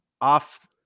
off